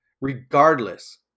regardless